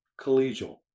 collegial